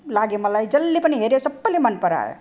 लाग्यो मलाई जसले पनि हेऱ्यो सबैले मन परायो